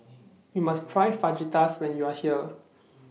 YOU must Try Fajitas when YOU Are here